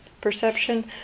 perception